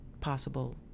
possible